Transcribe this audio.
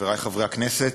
חברי חברי הכנסת,